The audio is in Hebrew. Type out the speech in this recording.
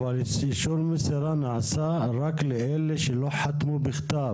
אבל אישור המסירה נעשה רק לאלה שלא חתמו בכתב